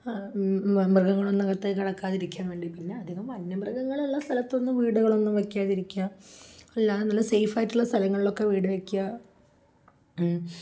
മൃഗങ്ങളൊന്നും അകത്തേക്കു കടക്കാതിരിക്കാൻ വേണ്ടി പിന്നെ അധികം വന്യ മൃഗങ്ങളുള്ള സ്ഥലത്തൊന്നും വീടുകളൊന്നും വയ്ക്കാതിരിക്കുക അല്ലാതെ നല്ല സേഫായിട്ടുള്ള സ്ഥലങ്ങളിലൊക്കെ വീടുവയ്ക്കുക